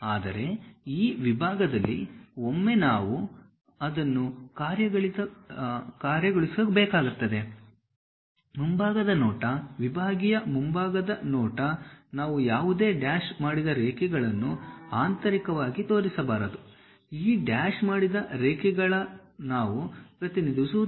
ಆದರೆ ಈ ವಿಭಾಗದಲ್ಲಿ ಒಮ್ಮೆ ನಾವು ಅದನ್ನು ಕಾರ್ಯಗತಗೊಳಿಸುತ್ತೇವೆ ಮುಂಭಾಗದ ನೋಟ ವಿಭಾಗೀಯ ಮುಂಭಾಗದ ನೋಟ ನಾವು ಯಾವುದೇ ಡ್ಯಾಶ್ ಮಾಡಿದ ರೇಖೆಗಳನ್ನು ಆಂತರಿಕವಾಗಿ ತೋರಿಸಬಾರದು ಈ ಡ್ಯಾಶ್ ಮಾಡಿದ ರೇಖೆಗಳ ನಾವು ಪ್ರತಿನಿಧಿಸುವುದಿಲ್ಲ